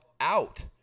out